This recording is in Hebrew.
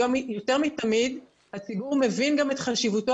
היום יותר מתמיד הציבור מבין גם את חשיבותו